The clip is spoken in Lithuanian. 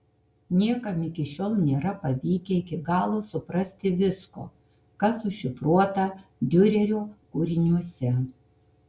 niekam iki šiol nėra pavykę iki galo suprasti visko kas užšifruota diurerio kūriniuose